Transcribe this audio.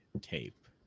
tape